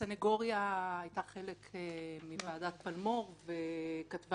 הסנגוריה היתה חלק מוועדת פלמור וכתבה